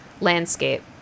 landscape